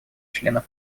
членов